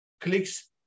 Clicks